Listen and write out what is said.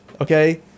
Okay